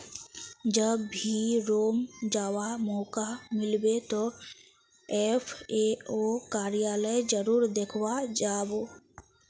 जब भी रोम जावा मौका मिलबे तो एफ ए ओ कार्यालय जरूर देखवा जा बो